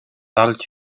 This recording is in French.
parlent